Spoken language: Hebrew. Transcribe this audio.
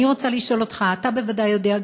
אני רוצה לשאול אותך: אתה בוודאי יודע,